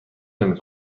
نمی